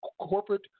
corporate